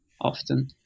often